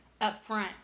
upfront